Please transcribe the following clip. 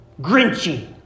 grinchy